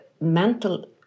mental